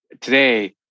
Today